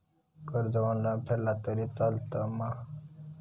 कर्ज ऑनलाइन फेडला तरी चलता मा?